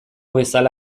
bezala